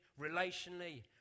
relationally